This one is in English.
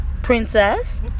princess